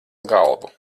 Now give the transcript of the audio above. galvu